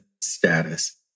status